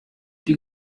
die